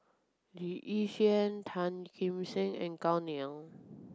Lee Yi Shyan Tan Kim Seng and Gao Ning